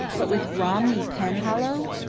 but with romney penhallow!